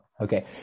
Okay